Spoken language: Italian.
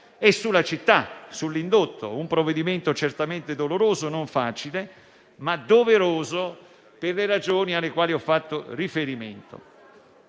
sulla città e sull'indotto. È un provvedimento certamente doloroso, non facile, ma doveroso per le ragioni alle quali ho fatto riferimento.